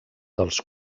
dels